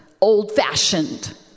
old-fashioned